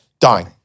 Dying